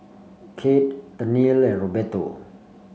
Cade Tennille and Roberto